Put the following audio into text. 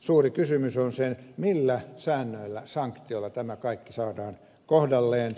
suuri kysymys on se millä säännöillä sanktioilla tämä kaikki saadaan kohdalleen